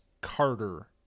carter